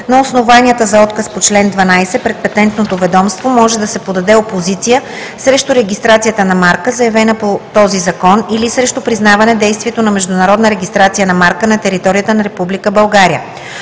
на основанията за отказ по чл. 12 пред Патентното ведомство може да се подаде опозиция срещу регистрацията на марка, заявена по този закон, или срещу признаване действието на международна регистрация на марка на територията на